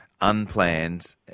unplanned